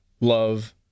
Love